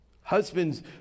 Husbands